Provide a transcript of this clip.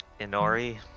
Inori